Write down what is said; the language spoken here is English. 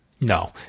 No